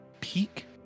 peak